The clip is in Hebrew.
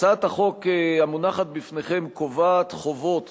הצעת החוק המונחת בפניכם קובעת חובות